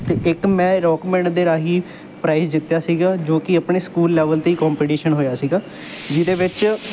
ਅਤੇ ਇੱਕ ਮੈਂ ਰੋਕ ਬੈਂਡ ਦੇ ਰਾਹੀਂ ਪ੍ਰਾਈਜ ਜਿੱਤਿਆ ਸੀਗਾ ਜੋ ਕਿ ਆਪਣੇ ਸਕੂਲ ਲੈਵਲ 'ਤੇ ਹੀ ਕੋਂਪੀਟੀਸ਼ਨ ਹੋਇਆ ਸੀਗਾ ਜਿਹਦੇ ਵਿੱਚ